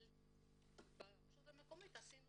אבל ברשות המקומית עשינו